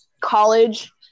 college